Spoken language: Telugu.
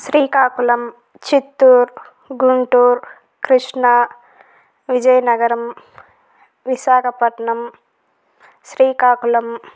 శ్రీకాకుళం చిత్తూరు గుంటూరు క్రిష్ణా విజయనగరం విశాఖపట్నం శ్రీకాకుళం